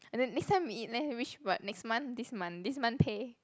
and then next time we eat then which what next month this month this month pay